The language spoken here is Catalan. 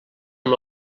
amb